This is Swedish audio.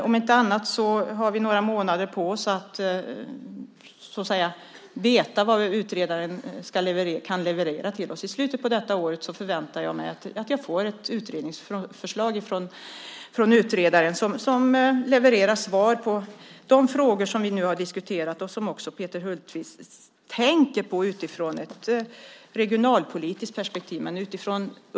Om inget annat har vi några månader på oss att få veta vad utredaren kan leverera till oss. I slutet av året förväntar jag mig att jag får ett utredningsförslag från utredaren som levererar svar på de frågor som vi nu har diskuterat och som också Peter Hultqvist tänker på utifrån ett regionalpolitiskt perspektiv.